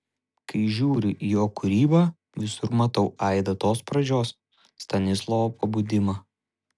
kai žiūriu į jo kūrybą visur matau aidą tos pradžios stanislovo pabudimą